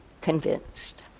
convinced